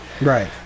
right